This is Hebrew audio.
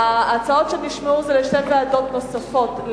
ההצעות שנשמעו זה לשתי ועדות נוספות,